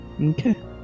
Okay